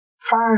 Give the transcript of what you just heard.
Five